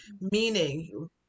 Meaning